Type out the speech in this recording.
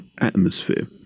atmosphere